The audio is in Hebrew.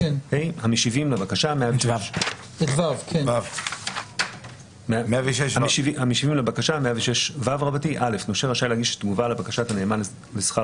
המשיבים לבקשה 106ו. נושה רשאי להגיש תגובה לבקשת הנאמן לשכר